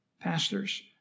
Pastors